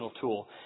tool